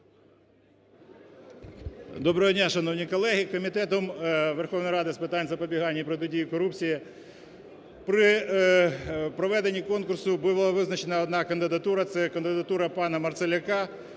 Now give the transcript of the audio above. Доброго дня, шановні колеги! Комітетом Верховної Ради з питань запобігання і протидії корупції при проведенні конкурсу була визначена одна кандидатура, це кандидатура пана Марцеляка,